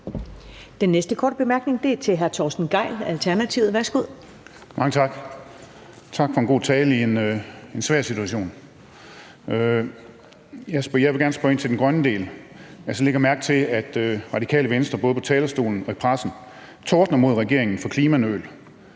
Den næste korte bemærkning er til hr. Christoffer